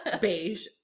beige